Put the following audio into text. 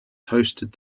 toasted